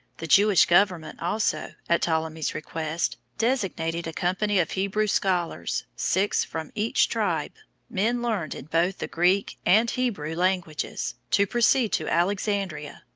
the jewish government also, at ptolemy's request, designated a company of hebrew scholars, six from each tribe men learned in both the greek and hebrew languages to proceed to alexandria,